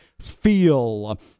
feel